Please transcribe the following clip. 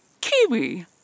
Kiwi